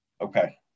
Okay